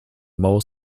more